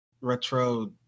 retro